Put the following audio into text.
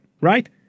right